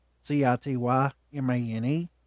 C-I-T-Y-M-A-N-E